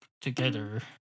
together